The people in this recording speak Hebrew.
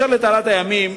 אשר לתעלת הימים,